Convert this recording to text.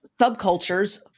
subcultures